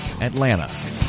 Atlanta